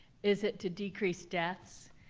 is it to decrease deaths?